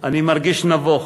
אני מרגיש נבוך.